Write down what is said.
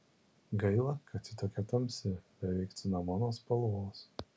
gaila kad ji tokia tamsi beveik cinamono spalvos